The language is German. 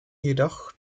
jedoch